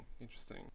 interesting